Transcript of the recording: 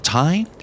time